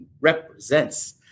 represents